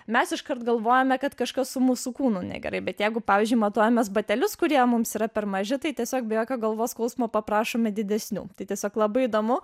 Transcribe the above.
mes iškart galvojome kad kažkas su mūsų kūnu negerai bet jeigu pavyzdžiui matuojamas batelius kurie mums yra per maži tai tiesiog be jokio galvos skausmo paprašome didesnių tiesiog labai įdomu